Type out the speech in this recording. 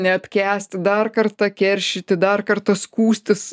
neapkęsti dar kartą keršyti dar kartą skųstis